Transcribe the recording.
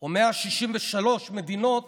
או 163 מדינות